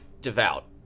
devout